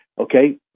okay